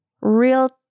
real